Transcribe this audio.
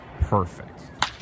perfect